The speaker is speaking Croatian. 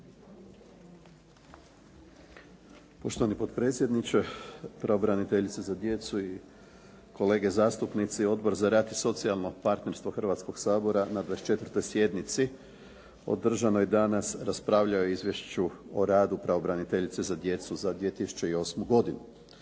Poštovani potpredsjedniče, pravobraniteljice za djecu i kolege zastupnici. Odbor za rad i socijalno partnerstvo Hrvatskog sabora na 24. sjednici održanoj danas raspravljalo je o izvješću o radu pravobraniteljice za djecu za 2008. godinu.